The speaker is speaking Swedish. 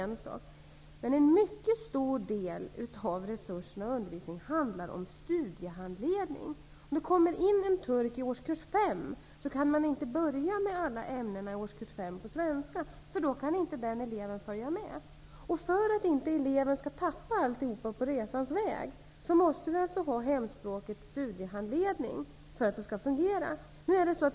En annan stor del av resurserna går till studiehandledning. Om det kommer en turkisk elev till årskurs fem, går det inte att börja undervisa på svenska i alla ämnen. Då kan inte den eleven följa med. För att inte eleven skall tappa allt under resans gång, måste eleven få studiehandledning i hemspråket.